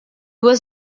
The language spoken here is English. was